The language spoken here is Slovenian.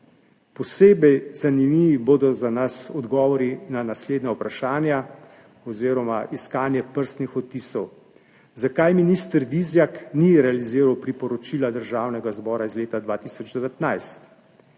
Posebej zanimivi bodo za nas odgovori na naslednja vprašanja oziroma iskanje prstnih odtisov, zakaj minister Vizjak ni realiziral priporočila Državnega zbora iz leta 2019,